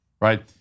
right